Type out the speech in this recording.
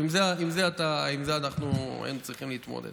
עם זה היינו צריכים להתמודד.